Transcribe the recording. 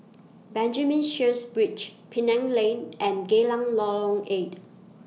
Benjamin Sheares Bridge Penang Lane and Geylang Lorong eight